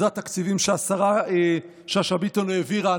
בעזרת תקציבים שהשרה שאשא ביטון העבירה,